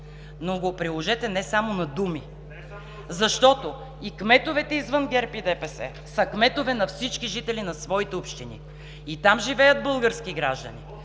Приложете го не само на думи, защото и кметовете, извън ГЕРБ и ДПС, са кметове на всички жители на своите общини, и там живеят български граждани.